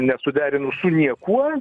nesuderinus su niekuo